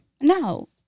No